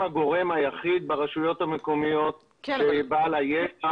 הם הגורם היחיד ברשויות המקומיות בעל הידע.